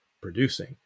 producing